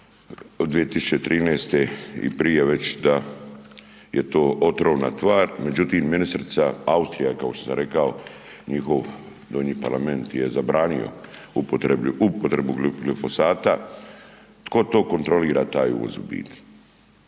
2013. i prije već da je to otrovna tvar. Međutim ministrica Austrija kao što sam rekao njihov donji Parlament je zabranio upotrebu glifosata. Tko to kontrolira taj uvoz u biti?